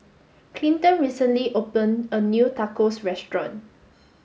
Cinton recently opened a new Tacos Restaurant